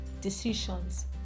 decisions